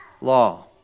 law